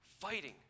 fighting